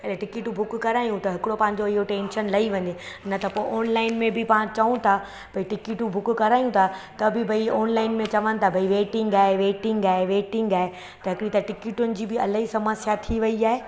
ऐं टिकटूं बुक करायूं त हिकिड़ो पंहिंजो इहो टेंशन लई वञे न त पोइ ऑनलाइन में बि पाण चऊं था भई टिकटूं बुक करायूं था त बि भई ऑनलाइन में चवनि था भई वेटिंग आहे वेटिंग आहे वेटिंग आहे त हिकिड़ी त टिकिटुनि जी बि अलाई समस्या थी वई आहे